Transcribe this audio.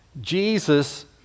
Jesus